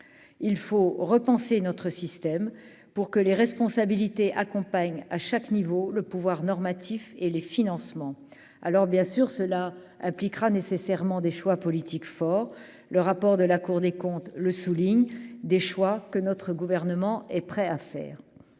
il faut repenser notre système pour que les responsabilités accompagne à chaque niveau, le pouvoir normatif et les financements, alors bien sûr, cela impliquera nécessairement des choix politiques forts, le rapport de la Cour des comptes, le souligne des choix que notre gouvernement est prêt à faire,